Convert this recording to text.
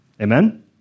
Amen